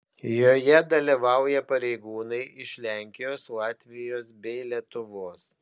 joje dalyvauja pareigūnai iš lenkijos latvijos bei lietuvos